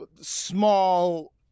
small